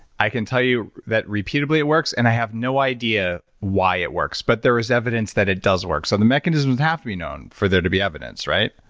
i can tell you that repeatedly it works and i have no idea why it works, but there is evidence that it does work. so the mechanisms have to be known for there to be evidence, right?